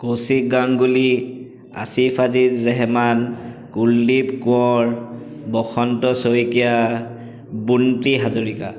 Kaushik Ganguly Asif Aziz Rehman Kuldeep Konwar Basanta Saikia Bonti Hazarika